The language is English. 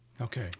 Okay